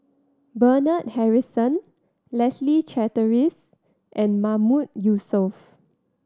Bernard Harrison Leslie Charteris and Mahmood Yusof